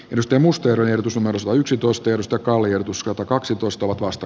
markus mustajärven ehdotus on yksitoista joista kallio tuskalta kaksi toistuvat vasta